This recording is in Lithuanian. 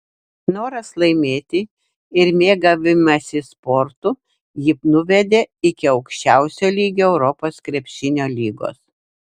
noras laimėti ir mėgavimasis sportu jį nuvedė iki aukščiausio lygio europos krepšinio lygos